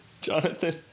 Jonathan